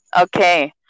okay